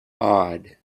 awed